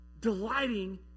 delighting